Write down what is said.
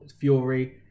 Fury